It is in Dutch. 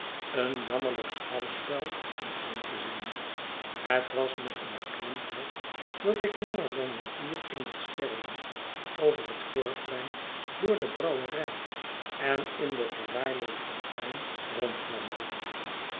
een jammerlijk schouwspel om aan te zien het was met een beklemd hart dat ik langer dan een uur in het sterrelicht over het voorplein door de brouwerij en in den verwaarloosden tuin rondwandelde